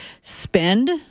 spend